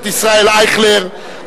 ישראל אייכלר,